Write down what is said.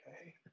Okay